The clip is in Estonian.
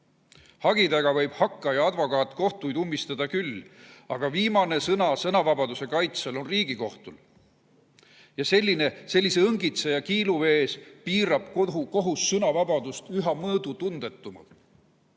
Hagi taga võib hakkaja advokaat kohtuid ummistada küll, aga viimane sõna sõnavabaduse kaitsel on Riigikohtul. Ja sellise õngitseja kiiluvees piirab kohus sõnavabadust üha mõõdutundetumalt.